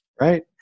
right